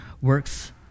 works